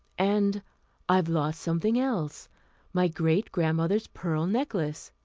and i've lost something else my great-grandmother's pearl necklace.